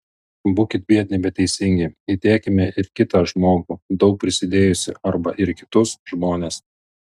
būkit biedni bet teisingi įdėkime ir kitą žmogų daug prisidėjusį arba ir kitus žmones